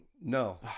no